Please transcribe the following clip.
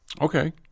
Okay